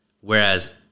Whereas